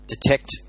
detect